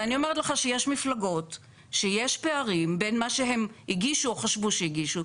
ואני אומרת לכם שיש מפלגות ויש פערים בין מה שהם הגישו או חשבו שהגישו,